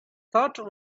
thought